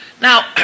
Now